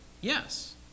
Yes